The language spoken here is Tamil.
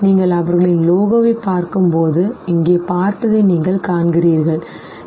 நீங்கள் அவர்களின் லோகோவைப் பார்க்கும்போது சரி நீங்கள் இங்கே பார்த்ததை நீங்கள் காண்கிறீர்கள் சரி